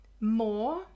more